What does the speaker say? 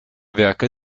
werke